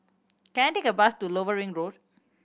can I take a bus to Lower Ring Road